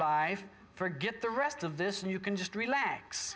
life forget the rest of this and you can just relax